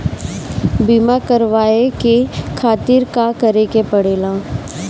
बीमा करेवाए के खातिर का करे के पड़ेला?